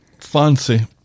Fancy